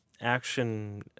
action